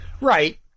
right